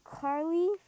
Carly